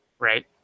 Right